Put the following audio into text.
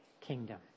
kingdom